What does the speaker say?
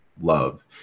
love